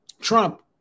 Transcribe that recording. Trump